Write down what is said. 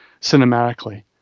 cinematically